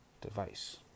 device